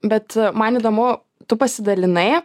bet man įdomu tu pasidalinai